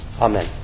Amen